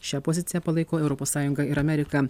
šią poziciją palaiko europos sąjunga ir amerika